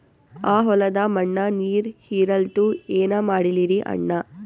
ಆ ಹೊಲದ ಮಣ್ಣ ನೀರ್ ಹೀರಲ್ತು, ಏನ ಮಾಡಲಿರಿ ಅಣ್ಣಾ?